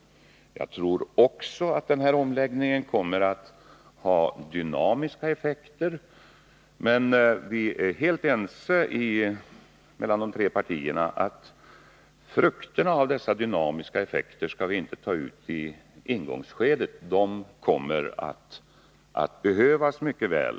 Jag tror också att denna omläggning kommer att ha dynamiska effekter. Men de tre partierna är helt ense om att vi inte skall skörda frukterna av dessa dynamiska effekter i ingångsskedet. De kommer att behövas mycket väl.